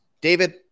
David